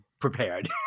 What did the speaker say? prepared